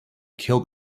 killed